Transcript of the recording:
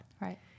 Right